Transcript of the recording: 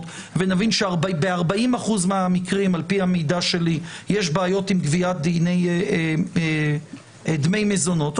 ונבין שב-40% מהמקרים על פי המידע שלי יש בעיות עם גביית דמי מזונות,